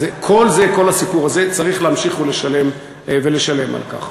כל הסיפור הזה, צריך להמשיך ולשלם על כך.